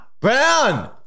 Brown